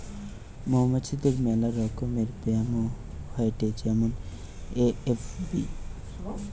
মৌমাছিদের মেলা রকমের ব্যামো হয়েটে যেমন এ.এফ.বি